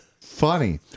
Funny